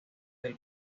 del